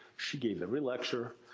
she gave every lecture,